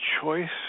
choice